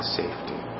safety